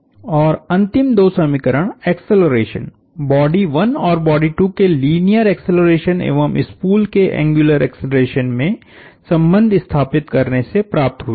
और अंतिम दो समीकरण एक्सेलरेशन बॉडी 1 और 2 के लीनियर एक्सेलरेशन एवं स्पूल के एंग्युलर एक्सेलरेशन में संबंध स्थापित करने से प्राप्त हुए थे